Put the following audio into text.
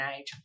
age